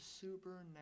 supernatural